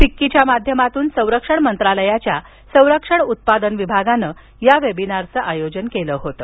फिक्कीच्या माध्यमातून संरक्षण मंत्रालयाच्या संरक्षण उत्पादन विभागानं या वेबिनारचं आयोजन केलं होतं